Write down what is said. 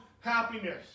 happiness